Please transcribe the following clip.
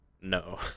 No